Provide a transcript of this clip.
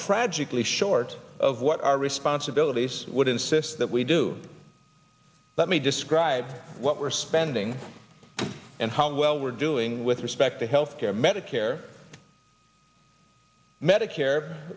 tragically short of what our responsibilities would insist that we do let me describe what we're spending and how well we're doing with respect to health care medicare medicare